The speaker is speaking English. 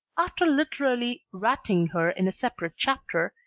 after literally ratting her in a separate chapter,